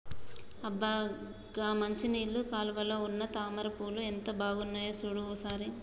అబ్బ గా మంచినీళ్ళ కాలువలో ఉన్న తామర పూలు ఎంత బాగున్నాయో సూడు ఓ సారి